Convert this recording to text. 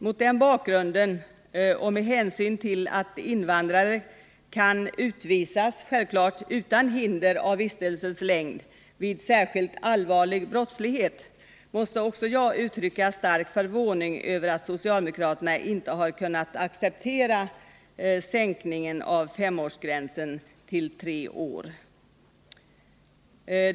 Mot den bakgrunden och med hänsyn till att invandrare självfallet kan utvisas utan hinder av vistelsens längd vid särskilt allvarlig brottslighet, måste också jag uttrycka stark förvåning över att socialdemokraterna inte har kunnat acceptera sänkningen av femårsgränsen till tre år.